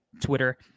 Twitter